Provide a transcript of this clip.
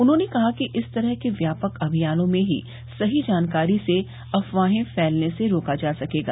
उन्होंने कहा कि इस तरह के व्यापक अभियानों में ही सही जानकारी से अफवाहें फैलने से रोका जा सकेगा